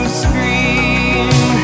scream